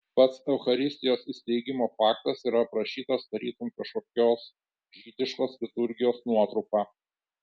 pats eucharistijos įsteigimo faktas yra aprašytas tarytum kažkokios žydiškos liturgijos nuotrupa